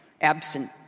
Absent